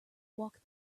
walk